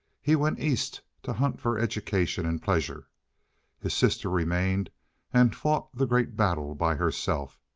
he went east to hunt for education and pleasure his sister remained and fought the great battle by herself.